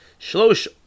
shlosh